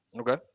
Okay